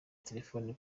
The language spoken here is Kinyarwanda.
telefone